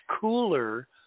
cooler